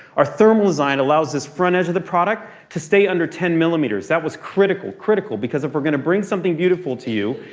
our thermal design allows this front edge of the product to stay under ten millimeters. that was critical, critical. because if we're gonna bring something beautiful to you,